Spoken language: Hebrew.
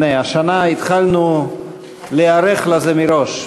השנה התחלנו להיערך לזה מראש.